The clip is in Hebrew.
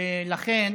לכן